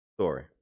story